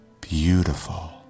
beautiful